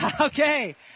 Okay